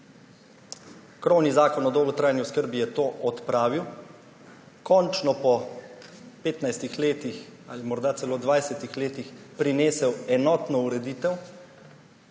Krovni zakon o dolgotrajni oskrbi je to odpravil, končno po 15 letih ali celo morda 20 letih prinesel enotno ureditev,